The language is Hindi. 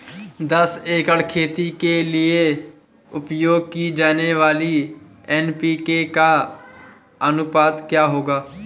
दस एकड़ खेती के लिए उपयोग की जाने वाली एन.पी.के का अनुपात क्या होगा?